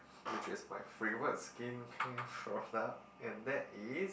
which is my favorite skincare product and that is